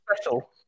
special